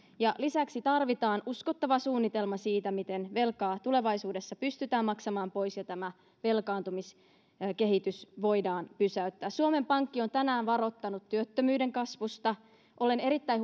ja lisäksi tarvitaan uskottava suunnitelma siitä miten velkaa tulevaisuudessa pystytään maksamaan pois ja tämä velkaantumiskehitys voidaan pysäyttää suomen pankki on tänään varoittanut työttömyyden kasvusta olen erittäin